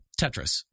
Tetris